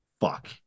fuck